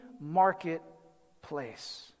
marketplace